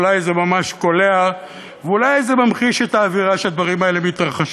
אולי זה ממש קולע ואולי זה ממחיש את האווירה שבה הדברים האלה מתרחשים.